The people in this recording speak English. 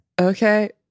Okay